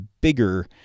bigger